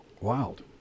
Wild